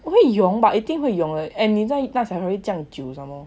这样一定会融 bah 一定会融 and 你在那边会这样久